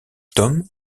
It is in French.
tome